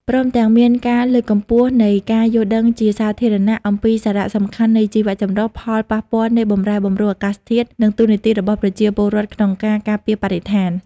ព្រមទាំងមានការលើកកម្ពស់នៃការយល់ដឹងជាសាធារណៈអំពីសារៈសំខាន់នៃជីវចម្រុះ ផលប៉ះពាល់នៃបម្រែបម្រួលអាកាសធាតុ និងតួនាទីរបស់ប្រជាពលរដ្ឋក្នុងការការពារបរិស្ថាន។